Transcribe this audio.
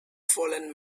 fallen